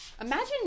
imagine